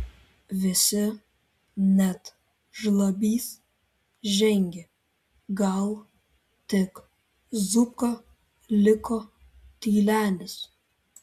visi net žlabys žengė gal tik zupka liko tylenis